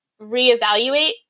reevaluate